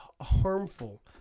harmful